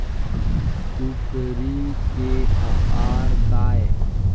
कुकरी के आहार काय?